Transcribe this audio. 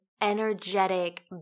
energetic